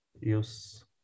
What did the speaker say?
use